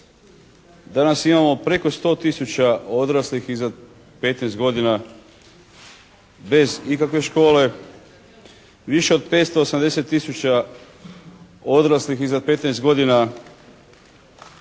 danas imamo preko 100 tisuća odraslih iza 15 godina bez ikakve škole, više od 580 tisuća odraslih iza 15 godina bez